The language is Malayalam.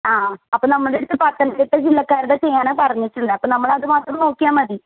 ആ അപ്പോൾ നമ്മടടുത്ത് പത്തനംതിട്ട ജില്ലക്കാരുടെ ചെയ്യാനാണ് പറഞ്ഞിട്ടുള്ളത് അപ്പോൾ നമ്മൾ അത് മാത്രം നോക്കിയാൽ മതി